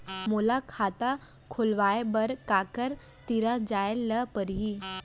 मोला खाता खोलवाय बर काखर तिरा जाय ल परही?